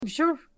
sure